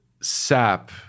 sap